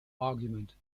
argument